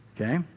Okay